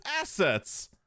assets